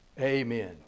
Amen